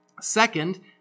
Second